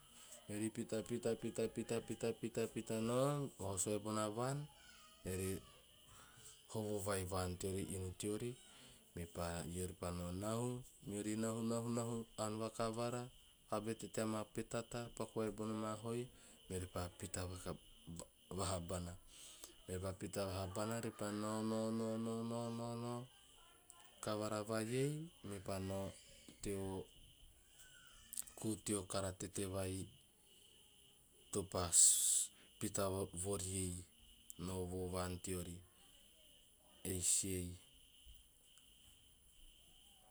Meori pita pita pita pita nom, o sue bona vaan eori. Horo vai vaan teori inu teori. Mepaa meoripa no nahu, meori nahu aan vakavara vabete tea ma petata avete bona hoi meori paa ita vahabana - meori pa pita vahabana. Meori paa nao- nao- nao, kavaraa vai iei. Meepaa nao teo kuu teo kara tete vai topa pita vori ei nao vaan teori eis ei.